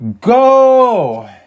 go